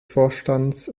vorstands